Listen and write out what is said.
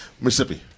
Mississippi